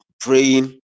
praying